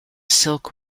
silk